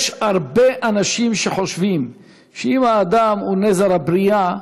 יש הרבה אנשים שחושבים שאם האדם הוא נזר הבריאה,